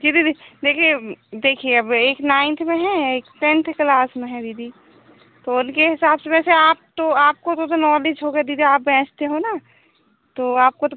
जी दीदी देखिए देखिए अब एक नाइन्थ में है एक टेन्थ क्लास में है दीदी तो उनके हिसाब से वैसे आप तो आपको तो तो नॉलेज होगा दीदी आप बेंचते हो ना तो आपको तो प